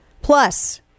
plus